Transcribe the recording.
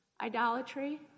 idolatry